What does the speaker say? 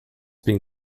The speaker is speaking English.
been